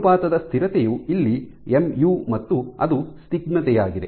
ಅನುಪಾತದ ಸ್ಥಿರತೆಯು ಇಲ್ಲಿ ಎಂಯು ಮತ್ತು ಅದು ಸ್ನಿಗ್ಧತೆಯಾಗಿದೆ